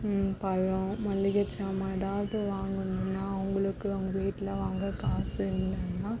பழம் மளிகை சாமான் எதாவது வாங்கணுனால் அவங்களுக்கு அவங்க வீட்டில் வாங்க காசு இல்லைன்னா